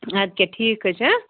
اَدٕ کیٛاہ ٹھیٖک حظ چھُ ہَہ